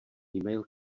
email